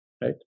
Right